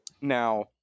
now